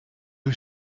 was